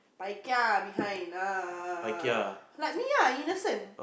paikia behind err like me ah innocent